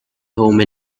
home